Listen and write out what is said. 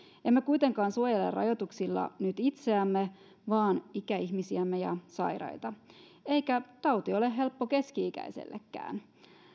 emme kuitenkaan suojele rajoituksilla nyt itseämme vaan ikäihmisiämme ja sairaita eikä tauti ole helppo keski ikäisellekään